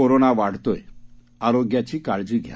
corona वाढतोय आरोग्याची काळजी घ्या